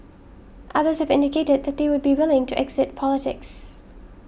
others have indicated that they would be willing to exit politics